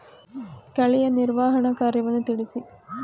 ಕಳೆಯ ನಿರ್ವಹಣಾ ಕಾರ್ಯವನ್ನು ತಿಳಿಸಿ?